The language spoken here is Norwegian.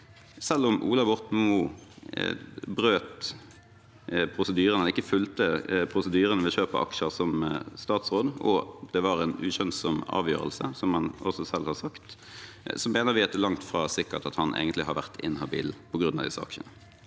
Selv om Ola Borten Moe brøt prosedyrene – han fulgte ikke prosedyrene ved kjøp av aksjer som statsråd, og det var en uskjønnsom avgjørelse, som han også selv har sagt – mener vi at det er langt fra sikkert at han egentlig har vært inhabil på grunn av disse aksjene.